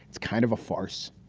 it's kind of a farce.